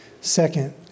Second